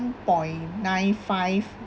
point nine five